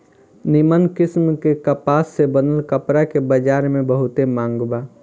निमन किस्म के कपास से बनल कपड़ा के बजार में बहुते मांग बा